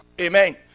Amen